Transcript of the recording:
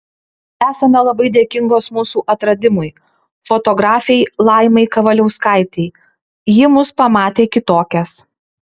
esame labai dėkingos mūsų atradimui fotografei laimai kavaliauskaitei ji mus pamatė kitokias